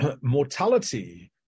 mortality